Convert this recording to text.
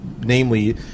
namely